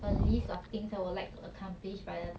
a list of things I will like accomplish by the